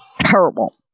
Terrible